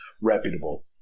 reputable